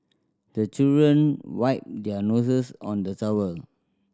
the children wipe their noses on the towel